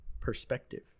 perspective